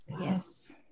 yes